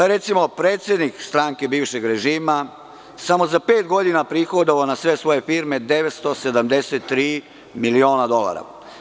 Recimo, predsednik stranke bivšeg režima, samo za pet godina prihodavao je na sve svoje firme 973 miliona dolara.